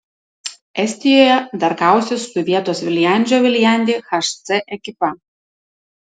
estijoje dar kausis su vietos viljandžio viljandi hc ekipa